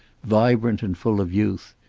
vibrant and full of youth.